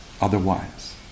otherwise